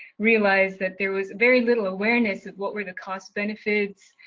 realized that there was very little awareness of what were the cost benefits.